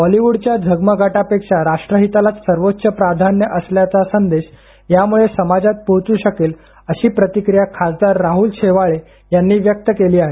बॉलिवूडच्या झगमगाटापेक्षा राष्ट्रहितालाच सर्वोच्च प्राधान्य असल्याचा संदेश यामूळे समाजात पोहोचू शकेल अशी प्रतिक्रिया खासदार शेवाळे यांनी व्यक्त केली आहे